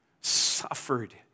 suffered